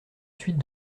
suite